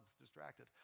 distracted